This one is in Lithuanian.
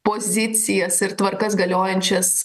pozicijas ir tvarkas galiojančias